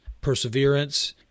perseverance